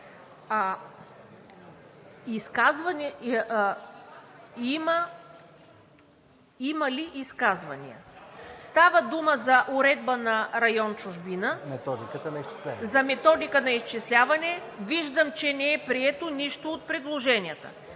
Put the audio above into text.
има ли? Става дума за уредба на район „Чужбина“, за методика на изчисляване. Виждам, че не е прието нищо от предложенията.